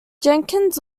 jenkins